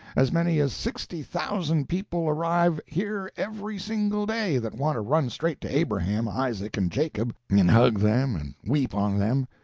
as many as sixty thousand people arrive here every single day, that want to run straight to abraham, isaac and jacob, and hug them and weep on them.